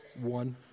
one